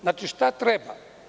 Znači, šta treba?